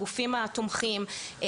הגופים התומכים,